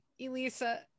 Elisa